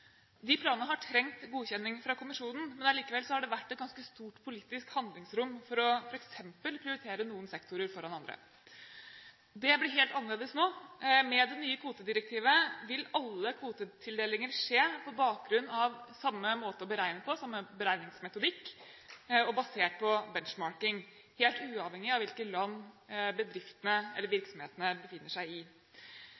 De planene har trengt godkjenning fra kommisjonen, men allikevel har det vært et ganske stort politisk handlingsrom for f.eks. å prioritere noen sektorer foran andre. Det blir helt annerledes nå. Med det nye kvotedirektivet vil alle kvotetildelinger skje på bakgrunn av samme beregningsmetodikk basert på benchmarking, helt uavhengig av hvilket land bedriftene eller